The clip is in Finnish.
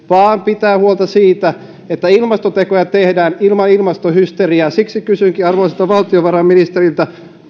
vaan pitää huolta siitä että ilmastotekoja tehdään ilman ilmastohysteriaa siksi kysynkin arvoisalta valtiovarainministeriltä